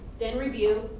then review.